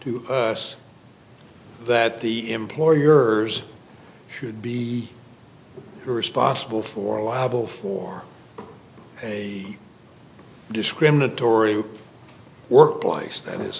to us that the employer yours should be responsible for liable for a discriminatory workplace that is